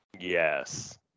Yes